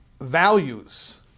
values